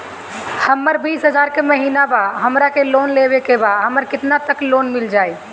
हमर बिस हजार के महिना बा हमरा के लोन लेबे के बा हमरा केतना तक लोन मिल जाई?